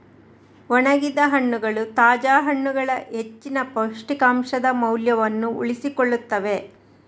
ಒಣಗಿದ ಹಣ್ಣುಗಳು ತಾಜಾ ಹಣ್ಣುಗಳ ಹೆಚ್ಚಿನ ಪೌಷ್ಟಿಕಾಂಶದ ಮೌಲ್ಯವನ್ನು ಉಳಿಸಿಕೊಳ್ಳುತ್ತವೆ